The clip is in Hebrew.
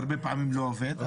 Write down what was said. הרבה פעמים לא עובד,